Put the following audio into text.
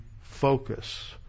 focus